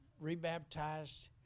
re-baptized